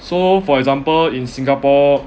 so for example in singapore